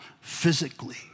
physically